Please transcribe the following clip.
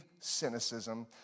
cynicism